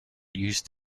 used